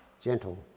gentle